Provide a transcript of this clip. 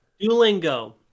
Duolingo